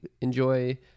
enjoy